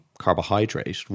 carbohydrate